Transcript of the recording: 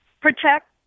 Protect